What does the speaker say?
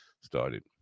started